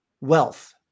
wealth